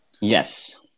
yes